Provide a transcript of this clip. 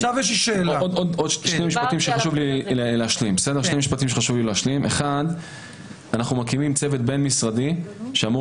חשוב לי לומר שאנחנו מקימים צוות בין משרדי שאמור